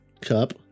cup